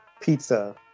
pizza